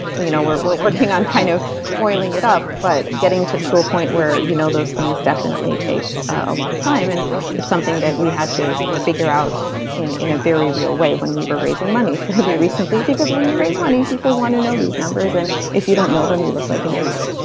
we're you know working on kind of oiling it up, but getting to to a point where you know those things definitely takes a lot of time, and it's something that we had to figure out in in a very real way when we were raising money fairly recently. because when you raise money, people want to know these numbers. and if you don't know them, you look like an idiot